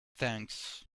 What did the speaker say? thanks